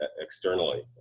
externally